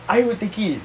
I will take it